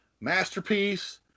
masterpiece